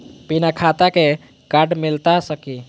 बिना खाता के कार्ड मिलता सकी?